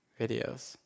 videos